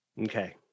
Okay